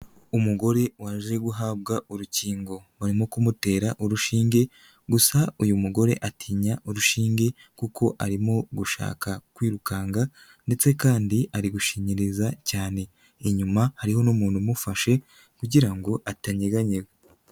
Umugore waje guhabwa urukingo. Barimo kumutera urushinge gusa uyu mugore atinya urushinge kuko arimo gushaka kwirukanka ndetse kandi ari gushinyiriza cyane. Inyuma hariho n'umuntu umufashe kugira ngo atanyeganyega.